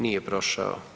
Nije prošao.